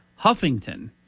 Huffington